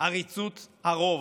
עריצות הרוב.